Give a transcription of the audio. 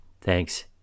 Thanks